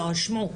שמעו,